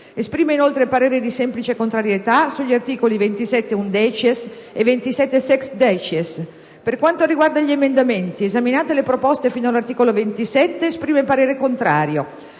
Esprime inoltre parere di semplice contrarietà sugli articoli 27-*undecies* e 27-*sexiesdecies*. Per quanto riguarda gli emendamenti, esaminate le proposte fino all'articolo 27, esprime parere contrario,